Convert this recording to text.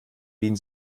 wien